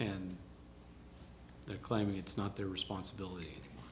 and they're claiming it's not their responsibility